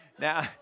Now